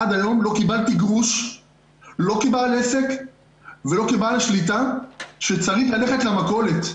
עד היום לא קיבלתי גרוש לא כבעל עסק ולא כבעל השליטה שצריך ללכת למכולת.